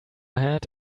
ahead